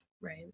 right